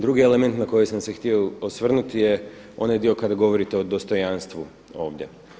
Drugi element na koji sam se htio osvrnuti je onaj dio kada govorite o dostojanstvu ovdje.